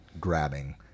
grabbing